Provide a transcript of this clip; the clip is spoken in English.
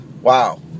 Wow